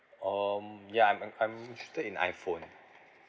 um ya I'm I'm interested in iPhone